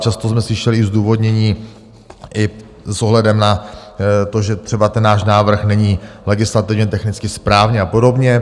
Často jsme slyšeli zdůvodnění i s ohledem na to, že třeba ten náš návrh není legislativně technicky správně, a podobně.